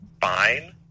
Fine